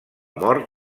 mort